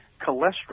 cholesterol